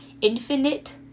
infinite